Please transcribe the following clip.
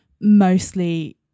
mostly